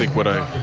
like what i